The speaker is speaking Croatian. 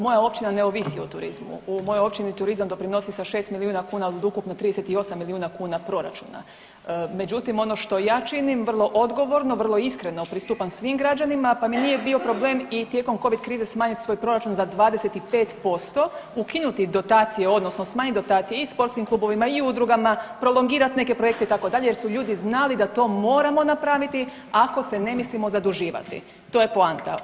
Moja općina ne ovisi o turizmu u mojoj općini turizam doprinosi sa šest milijuna kuna od ukupno 38 milijuna kuna proračuna, međutim ono što ja činim vrlo odgovorno, vrlo iskreno pristupam svim građanima pa mi nije bio problem i tijekom covid krize smanjiti svoj proračun za 25%, ukinuti dotacije odnosno smanjiti dotacije i sportskim klubovima i udrugama, prolongirat neke projekte itd. jer su ljudi znali da to moramo napraviti ako se ne mislimo zaduživati, to je poanta.